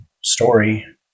story